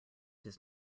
does